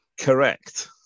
correct